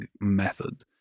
method